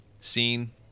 scene